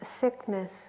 sickness